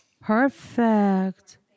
Perfect